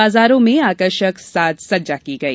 बाजारों में आकर्षक साज सज्जा की गई